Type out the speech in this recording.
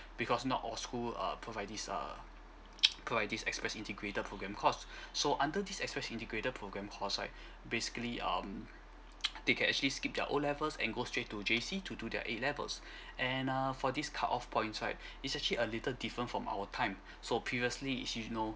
because not all school err provide this err provide this express integrated program course so under this express integrated program course right basically um they can actually skip their O level and go straight to J_C to do their A level and err for this cut off points right it's actually a little different from our time so previously is you know